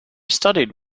studied